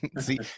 see